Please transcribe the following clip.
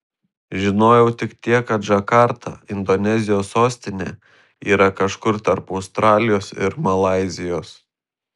žinojau tik tiek kad džakarta indonezijos sostinė yra kažkur tarp australijos ir malaizijos